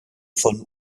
von